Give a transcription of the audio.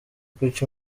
kuki